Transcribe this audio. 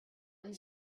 and